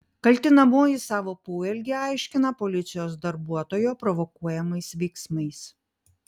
kaltinamoji savo poelgį aiškina policijos darbuotojo provokuojamais veiksmais